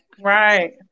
Right